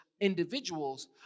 individuals